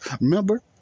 Remember